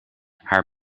haar